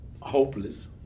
hopeless